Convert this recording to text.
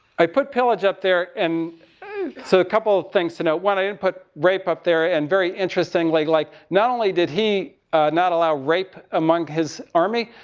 i put pillage up there and so, a couple things to note. one, i didn't put rape up there. and very interestingly, like not only did he not allow rape among his army,